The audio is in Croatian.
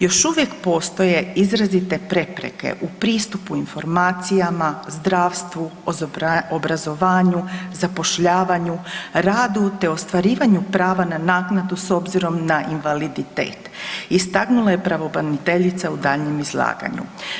Još uvijek postoje izrazite prepreke u pristupu informacijama, zdravstvu, obrazovanju, zapošljavanju, radu te ostvarivanju prava na naknadu s obzirom na invaliditet istaknula je pravobraniteljica u daljnjem izlaganju.